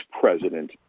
president